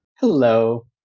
Hello